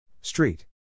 Street